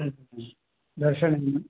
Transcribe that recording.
दशदिने